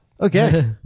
Okay